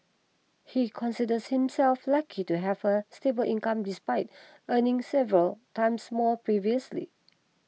he considers himself lucky to have a stable income despite earning several times more previously